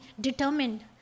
determined